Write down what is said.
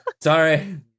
Sorry